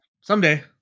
Someday